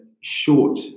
short